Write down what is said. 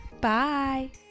Bye